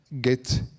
get